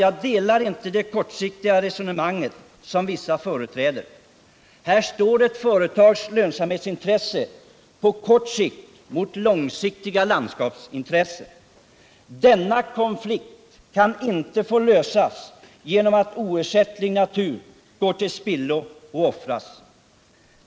Jag delar inte det kortsiktiga resonemang som vissa företräder. Här står ett företags lönsamhetsintresse på kort sikt mot långsiktiga landskapsintressen. Denna konflikt kan inte få lösas genom att oersättlig natur går till spillo och offras.